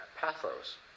pathos